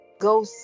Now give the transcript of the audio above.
go